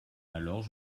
alors